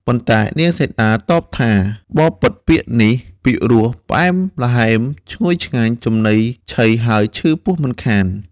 ប៉ុន្តែនាងសីតាតបថា «បពិត្រពាក្យនេះពីរោះ ផ្អែមល្ហែម ឈ្ងុយឆ្ងាញ់ ចំណីឆីហើយឈឺពោះមិនខាន»។